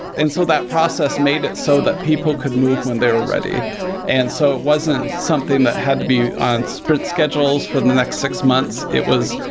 and so that process made it so that people could move when they are ready. and so it wasn't something that had to be on sprint schedules for the next six months. it was,